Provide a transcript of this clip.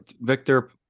Victor